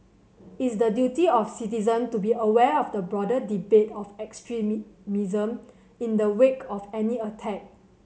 it's the duty of citizens to be aware of the broader debate of extremism in the wake of any attack